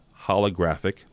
Holographic